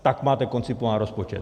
Tak máte koncipován rozpočet.